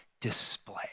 display